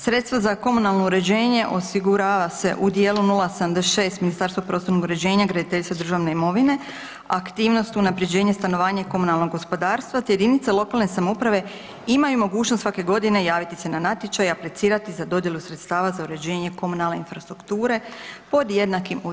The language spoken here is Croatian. Sredstva za komunalno uređenje osiguravaju se u dijelu 076 Ministarstva prostornog uređenja, graditeljstva i državne imovine, aktivnost unapređenje stanovanja i komunalnog gospodarstva te jedinica lokalne samouprave imaju mogućnost svake godine javiti se na natječaj i aplicirati za dodjelu sredstava za uređenje komunalne infrastrukture pod jednakim uvjetima za sve.